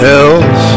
else